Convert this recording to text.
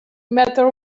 matter